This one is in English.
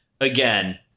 again